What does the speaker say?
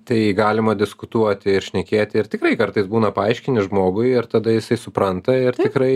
tai galima diskutuoti ir šnekėti ir tikrai kartais būna paaiškini žmogui ir tada jis supranta ir tikrai